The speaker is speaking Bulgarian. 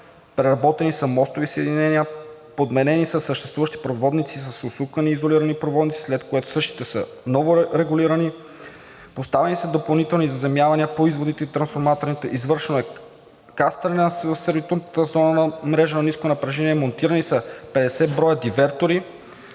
Преработени са мостови съединения; - Извършена е подмяна на съществуващи проводници с усукани изолирани проводници, след което същите са новорегулирани; - Поставени са допълнителни заземявания по изводите и трансформаторите; - Извършено е кастрене в сервитутната зона – мрежа на ниско напрежение; - Монтирани са 50 броя дивертори,